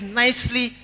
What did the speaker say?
nicely